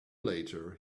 later